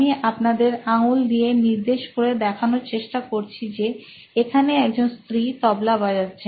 আমি আপনাদের আঙ্গুল দিয়ে নির্দেশ করে দেখানোর চেষ্টা করছি যে এখানে একজন স্ত্রী তবলা বাজাচ্ছেন